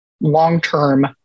long-term